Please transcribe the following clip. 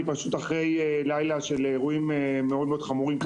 אני פשוט אחרי לילה של אירועים חמורים מאוד,